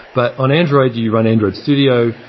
but on android you you run android studio,